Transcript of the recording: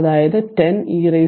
അതാണ് 10 e 2